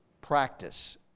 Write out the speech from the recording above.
practice